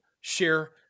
share